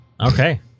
Okay